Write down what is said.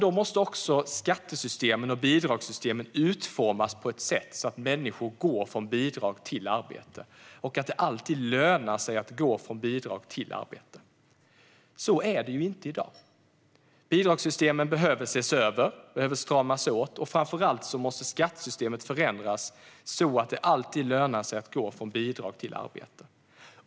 Då måste också skattesystemen och bidragssystemen utformas på så sätt att människor går från bidrag till arbete och att det alltid lönar sig att göra det. Så är det inte i dag. Bidragssystemen behöver ses över och stramas åt. Framför allt måste skattesystemet förändras, så att det alltid lönar sig att gå från bidrag till arbete.